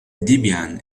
debian